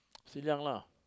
still young lah